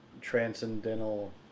transcendental